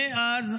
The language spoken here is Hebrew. מאז,